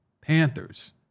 Panthers